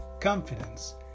confidence